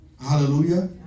Hallelujah